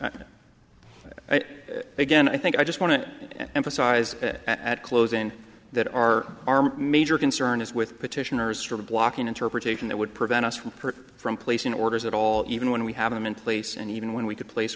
so again i think i just want to emphasize at closing that our army major concern is with petitioners for blocking interpretation that would prevent us from her from placing orders at all even when we have them in place and even when we could place